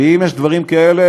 ואם יש דברים כאלה,